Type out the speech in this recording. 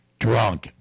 drunk